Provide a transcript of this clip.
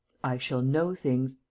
i shall know things.